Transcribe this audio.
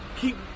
keep